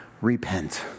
repent